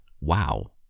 Wow